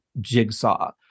Jigsaw